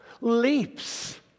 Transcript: leaps